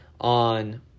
on